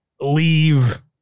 leave